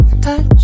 Touch